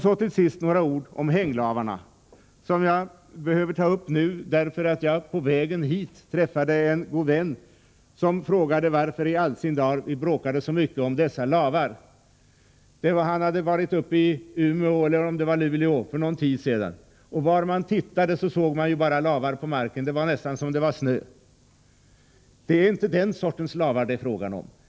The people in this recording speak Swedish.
Så några ord om hänglavarna, som jag tar upp nu eftersom jag på vägen hit träffade en god vän som frågade varför i all sin dar vi bråkar så mycket om dessa lavar. Han hade varit uppe i Umeå -— eller om det var Luleå — för någon tid sedan. Vart han tittade såg han bara lavar på marken; det var nästan som snö, sade han. Det är inte den sortens lavar det är fråga om.